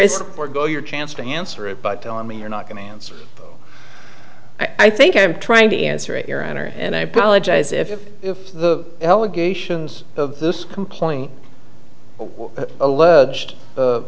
going your chance to answer it but i mean you're not going to answer i think i'm trying to answer your honor and i apologize if the allegations of this complaint alleged